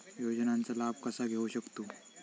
योजनांचा लाभ कसा घेऊ शकतू?